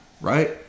Right